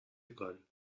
école